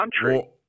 country